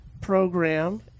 Program